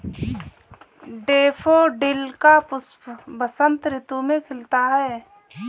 daffodil का पुष्प बसंत ऋतु में खिलता है